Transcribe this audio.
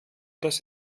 dass